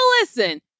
listen